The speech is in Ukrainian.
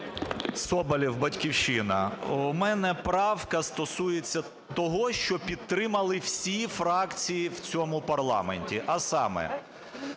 Соболєв, "Батьківщина". У мене правка стосується того, що підтримали всі фракції в цьому парламенті, а саме,